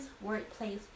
workplace